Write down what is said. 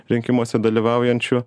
rinkimuose dalyvaujančių